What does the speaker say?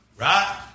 right